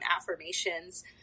affirmations